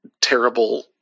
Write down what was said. terrible